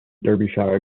derbyshire